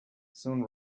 soon